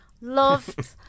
Loved